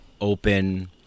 open